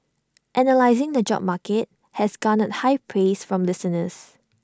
analysing the job market has garnered high praise from listeners